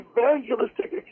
evangelistic